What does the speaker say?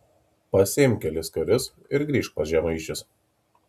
pasiimk kelis karius ir grįžk pas žemaičius